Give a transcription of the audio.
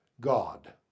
God